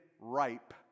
ripe